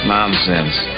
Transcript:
Nonsense